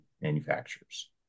manufacturers